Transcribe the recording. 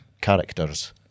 characters